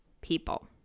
people